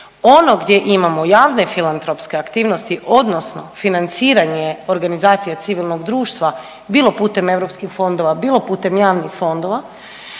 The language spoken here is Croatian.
ono gdje imamo javne filantropske aktivnosti odnosno financiranje organizacija civilnog društva bilo putem europskih fondova, bilo putem javnih fondova